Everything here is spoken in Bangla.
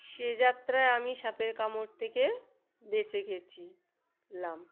সে যাত্রায় আমি সাপের কামড় থেকে বেঁচে গেছিলাম